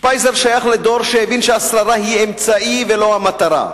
שפייזר שייך לדור שהבין שהשררה היא אמצעי ולא המטרה,